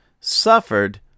suffered